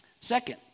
Second